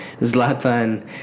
Zlatan